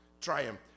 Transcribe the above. triumph